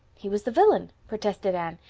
he was the villain, protested anne.